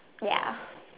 ya